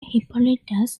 hippolytus